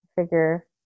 Figure